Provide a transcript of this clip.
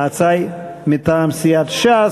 ההצעה היא מטעם סיעת ש"ס.